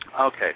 Okay